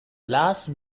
last